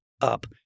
up